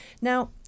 Now